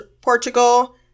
Portugal